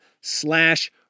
slash